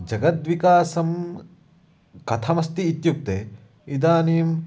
जगद्विकासं कथमस्ति इत्युक्ते इदानीम्